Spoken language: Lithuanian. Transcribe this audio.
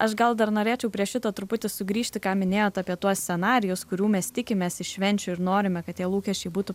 aš gal dar norėčiau prie šito truputį sugrįžti ką minėjot apie tuos scenarijus kurių mes tikimės iš švenčių ir norime kad tie lūkesčiai būtų